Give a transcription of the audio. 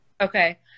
Okay